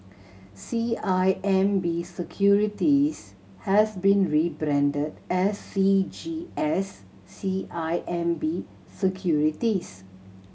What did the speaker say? C I M B Securities has been rebranded as C G S C I M B Securities